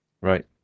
Right